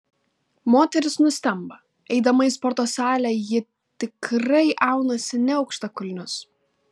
moteris nustemba eidama į sporto salę ji tikrai aunasi ne aukštakulnius